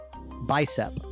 Bicep